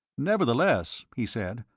nevertheless, he said,